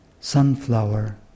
sunflower